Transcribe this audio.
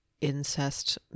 incest